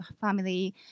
family